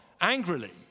angrily